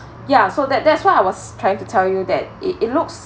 ya so that that's what I was trying to tell you that it it looks